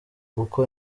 uko